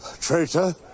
traitor